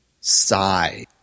sigh